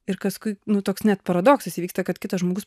ir paskui nu toks net paradoksas įvyksta kad kitas žmogus